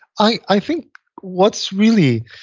i i think what's really,